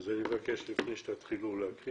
לפני שתתחילו לקרוא